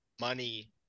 money